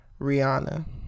Rihanna